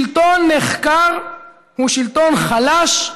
שלטון נחקר הוא שלטון חלש,